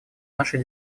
нашей